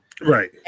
Right